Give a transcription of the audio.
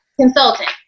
Consultant